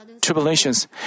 tribulations